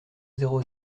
zéro